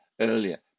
earlier